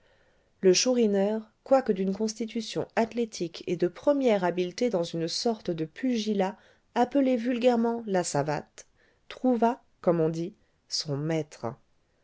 le chourineur quoique d'une constitution athlétique et de première habileté dans une sorte de pugilat appelé vulgairement la savate trouva comme on dit son maître